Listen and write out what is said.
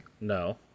No